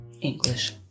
English